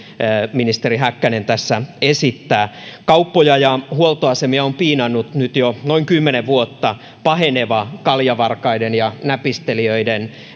ministeri häkkänen tässä esittää kauppoja ja huoltoasemia on piinannut nyt jo noin kymmenen vuotta paheneva kaljavarkaiden ja näpistelijöiden